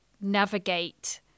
navigate